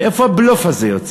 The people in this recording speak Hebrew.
מאיפה הבלוף הזה יוצא?